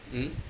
mm